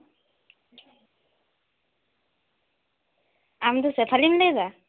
ᱟᱢ ᱫᱚ ᱥᱮᱯᱷᱟᱞᱤᱢ ᱞᱟᱹᱭᱫᱟ